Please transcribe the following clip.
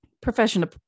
professional